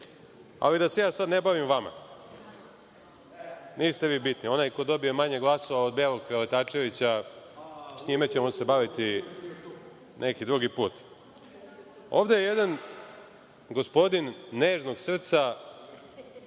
Ali, da se ja sad ne bavim vama, niste vi bitni. Onaj ko dobije manje glasova od Belog Preletačevića, sa njime ćemo se baviti neki drugi put. Ovde je jedan gospodin nežnog srca,